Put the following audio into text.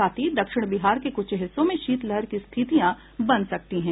साथ ही दक्षिण बिहार के कुछ हिस्सों में शीतलहर की स्थितियां बन सकती हैं